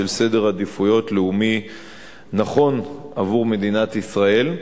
של סדר עדיפות לאומי נכון עבור מדינת ישראל.